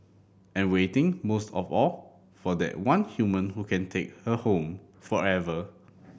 and waiting most of all for that one human who can take her home forever